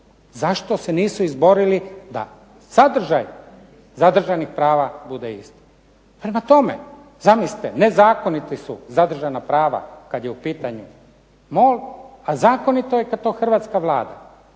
Zašto se nisu izborili da sadržaj zadržanih prava bude isti? Prema tome, zamislite nezakoniti su zadržana prava kad je u pitanju MOL, a zakonito je kad to hrvatska Vlada,